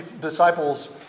disciples